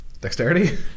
Dexterity